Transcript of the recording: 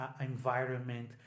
environment